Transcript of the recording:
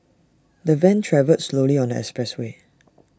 the van travelled slowly on the expressway